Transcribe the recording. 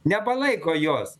nepalaiko jos